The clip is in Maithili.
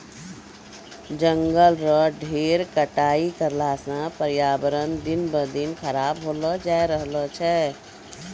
जंगल रो ढेर कटाई करला सॅ पर्यावरण दिन ब दिन खराब होलो जाय रहलो छै